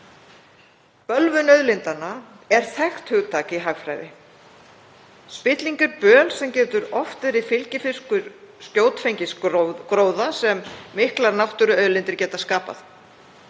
Bölvun auðlindanna er þekkt hugtak í hagfræði. Spilling er böl sem getur oft verið fylgifiskur skjótfengins gróða sem miklar náttúruauðlindir geta skapað.